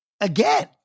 again